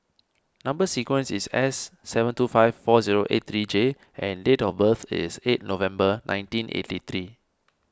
Number Sequence is S seven two five four zero eight three J and date of birth is eight November nineteen eighty three